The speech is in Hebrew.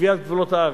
לקביעת גבולות הארץ.